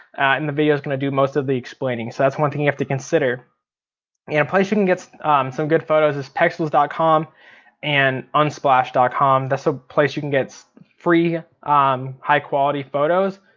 and the video's gonna do most of the explaining. so that's one thing you have to consider. and a place you can get some good photos is pexels dot com and unsplash com, that's a place you can get so free um high quality photos.